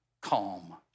calm